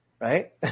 Right